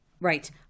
Right